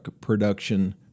production